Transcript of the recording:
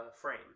frame